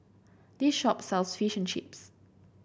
this shop sells Fish and Chips